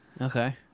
Okay